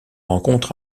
rencontre